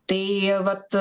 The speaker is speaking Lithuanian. tai vat